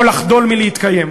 או לחדול מלהתקיים.